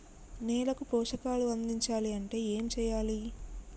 నేలకు పోషకాలు అందించాలి అంటే ఏం చెయ్యాలి?